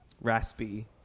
raspy